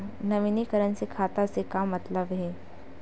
नवीनीकरण से खाता से का मतलब हे?